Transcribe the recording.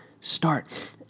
start